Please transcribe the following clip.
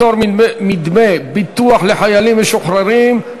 פטור מדמי ביטוח לחיילים משוחררים),